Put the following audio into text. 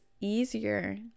easier